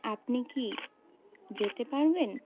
আপনি কি যেতে পারবেন